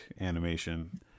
animation